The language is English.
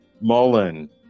Mullen